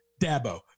Dabo